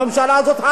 הממשלה הזאת,